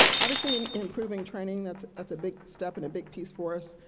obviously, and improving training, that's that's a big step and a big piece for us.